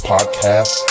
Podcast